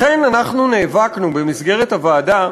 לכן אנחנו נאבקנו, במסגרת הוועדה,